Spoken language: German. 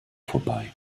vorbei